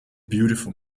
beautiful